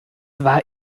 war